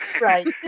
Right